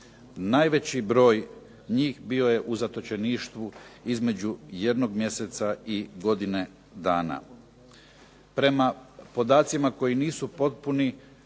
najveći broj njih bio je u zatočeništvu između jednog mjeseca i godine dana. Prema podacima koji nisu potpuni